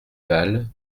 val